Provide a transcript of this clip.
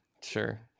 Sure